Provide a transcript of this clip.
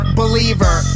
believer